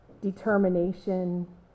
determination